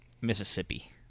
Mississippi